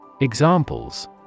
Examples